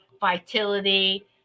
vitality